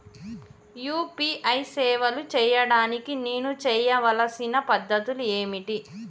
UPI సేవలు చేయడానికి నేను చేయవలసిన పద్ధతులు ఏమిటి?